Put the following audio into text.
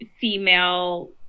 female